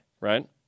right